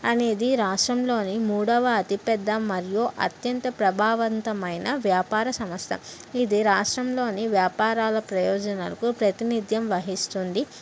అనేది రాష్ట్రంలోని మూడవ అతి పెద్ద మరియు అత్యంత ప్రభావంతమైన వ్యాపార సంస్థ ఇది రాష్ట్రంలోని వ్యాపారాల ప్రయోజనాలకు ప్రాతినిధ్యం వహిస్తుంది